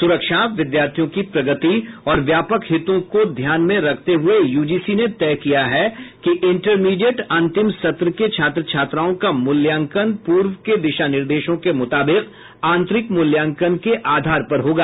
सुरक्षा विद्यार्थियों की प्रगति और व्यापक हितों को ध्यान में रखते हुए यूजीसी ने तय किया है कि इंटरमीडिएट अंतिम सत्र के छात्र छात्राओं का मूल्यांकन पूर्व के दिशानिर्देशों के मुताबिक आंतरिक मूल्यांकन के आधार पर होगा